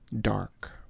dark